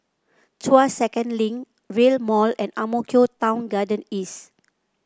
Tuas Second Link Rail Mall and Ang Mo Kio Town Garden East